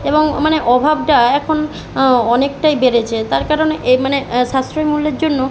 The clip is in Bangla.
এবং মানে অভাবটা এখন অনেকটাই বেড়েছে তার কারণে এ মানে সাশ্রয়ী মূল্যের জন্য